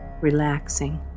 relaxing